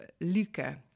Luca